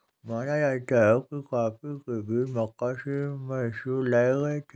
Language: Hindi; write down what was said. माना जाता है कि कॉफी के बीज मक्का से मैसूर लाए गए थे